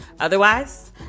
Otherwise